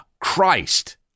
Christ